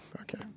Okay